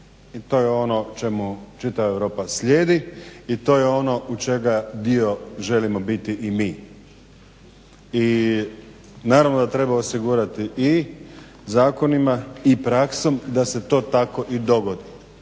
to je ono čemu čitava Europa slijedi i to je ono u čega dio želimo biti i mi. I naravno da treba osigurati i zakonima i praksom da se to tako i dogodi.